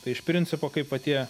tai iš principo kaip va tie